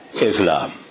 Islam